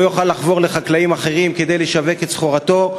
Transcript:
יוכל לחבור לחקלאים אחרים כדי לשווק את סחורתו,